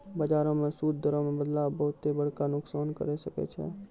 बजारो मे सूद दरो मे बदलाव बहुते बड़का नुकसान करै सकै छै